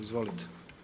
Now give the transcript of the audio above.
Izvolite.